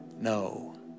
no